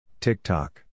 TikTok